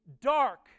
dark